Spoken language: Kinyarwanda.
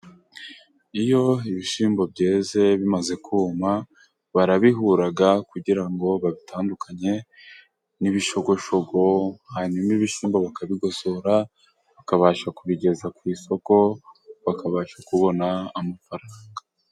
Iyo ibishyimbo byeze bimaze kuma, barabihura kugira ngo babitandukanye n'ibishogoshogo. Hanyuma ibishyimbo bakabigosora bakabasha kubigeza ku isoko, bakabasha kubona amafaranga.